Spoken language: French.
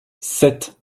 sept